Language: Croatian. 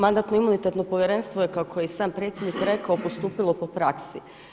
Mandatno-imunitetno povjerenstvo je kao je i sam predsjednik rekao postupilo po praksi.